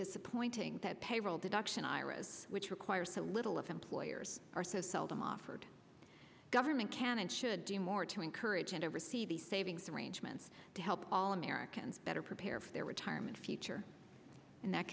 disappointing that payroll deduction iras which requires a little of employers are so seldom offered government can and should do more to encourage and oversee the savings arrangements to help all americans better prepare for their retirement future and that